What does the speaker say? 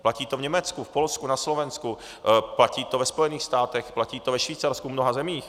Platí to v Německu, v Polsku, na Slovensku, platí to ve Spojených státech, platí to ve Švýcarsku, v mnoha zemích.